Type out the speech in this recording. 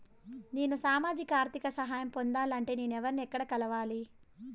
నేను సామాజిక ఆర్థిక సహాయం పొందాలి అంటే నేను ఎవర్ని ఎక్కడ కలవాలి?